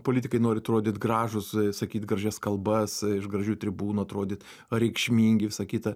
politikai nori atrodyti gražūs sakyt gražias kalbas iš gražių tribūnų atrodyt reikšmingi visa kita